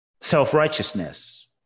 self-righteousness